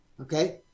okay